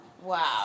Wow